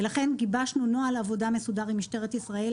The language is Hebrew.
ולכן גיבשנו נוהל עבודה מסודר עם משטרת ישראל,